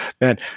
man